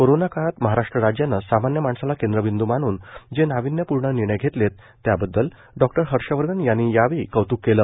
corona काळात महाराष्ट्र राज्यानं सामान्य माणसाला केंद्रबिंद् मानून जे नाविन्यपूर्ण निर्णय घेतले त्याबद्दल डॉक्टर हर्षवर्धन यांनी यावेळी कौत्क केलं